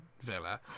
villa